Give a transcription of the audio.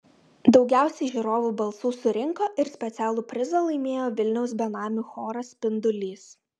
daugiausiai žiūrovų balsų surinko ir specialų prizą laimėjo vilniaus benamių choras spindulys